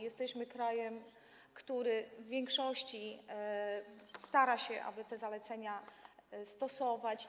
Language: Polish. Jesteśmy krajem, który w większości stara się, aby te zalecenia stosować.